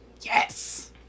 yes